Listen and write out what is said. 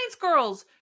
girls